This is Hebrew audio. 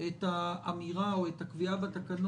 את האמירה או את הקביעה בתקנות,